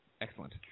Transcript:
Excellent